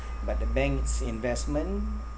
but the bank's investment